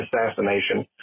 assassination